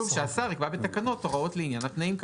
כתוב שהשר יקבע בתקנות הוראות לעניין התנאים,